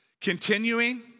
continuing